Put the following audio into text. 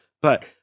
but-